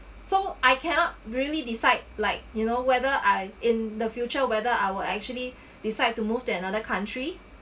so I cannot really decide like you know whether I in the future whether I will actually decide to move to another country